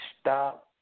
stop